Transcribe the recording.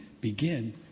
begin